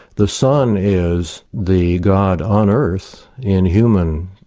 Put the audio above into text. the son is the god on earth in human,